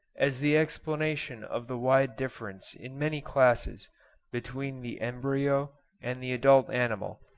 as the explanation of the wide difference in many classes between the embryo and the adult animal,